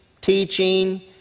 teaching